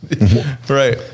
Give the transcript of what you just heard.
Right